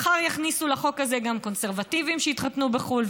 מחר יכניסו לחוק הזה גם קונסרבטיבים שהתחתנו בחו"ל,